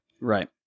Right